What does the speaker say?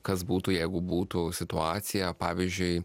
kas būtų jeigu būtų situacija pavyzdžiui